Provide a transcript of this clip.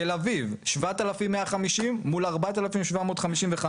תל אביב 7,150 מול 4,755,